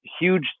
huge